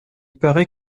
parait